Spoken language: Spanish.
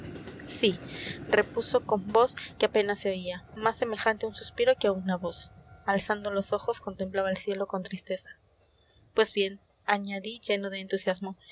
sí o no sí repuso con voz que apenas se oía más semejante a un suspiro que a una voz alzando los ojos contemplaba el cielo con tristeza pues bien añadí lleno de entusiasmo